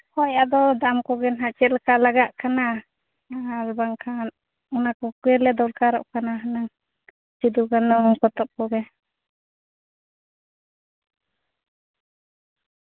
ᱦᱳᱭ ᱟᱫᱚ ᱫᱟᱢ ᱠᱚᱜᱮ ᱱᱟᱜ ᱪᱮᱫᱞᱮᱠᱟ ᱞᱟᱜᱟᱜ ᱠᱟᱱᱟ ᱟᱨ ᱵᱟᱝᱠᱷᱟᱱ ᱚᱱᱟ ᱠᱚ ᱯᱟᱹᱭᱞᱟᱹ ᱫᱚᱨᱠᱟᱨᱚᱜ ᱠᱟᱱᱟ ᱦᱩᱱᱟᱹᱝ ᱥᱩᱫᱤᱼᱠᱟᱹᱱᱦᱩ ᱯᱚᱛᱚᱵ ᱠᱚᱜᱮ